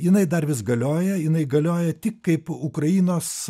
jinai dar vis galioja jinai galioja tik kaip ukrainos